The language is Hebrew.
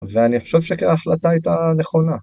ואני חושב שכה החלטה הייתה נכונה.